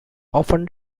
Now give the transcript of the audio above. often